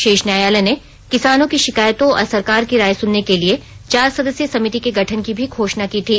शीर्ष न्यायालय ने किसानों की शिकायतों और सरकार की राय सुनने के लिए चार सदस्यीय समिति के गठन की भी घोषणा की थी